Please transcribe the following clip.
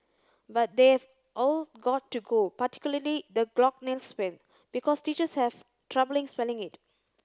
but they've all got to go particularly the glockenspiel because teachers have troubling spelling it